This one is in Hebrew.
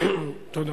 תודה.